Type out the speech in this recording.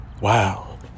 Wow